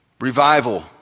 Revival